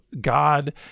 God